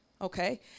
Okay